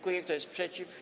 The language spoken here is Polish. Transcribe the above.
Kto jest przeciw?